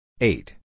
Eight